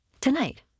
Tonight